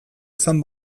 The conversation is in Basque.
izan